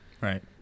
Right